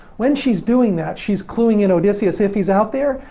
when she's doing that, she's cluing in odysseus, if he's out there,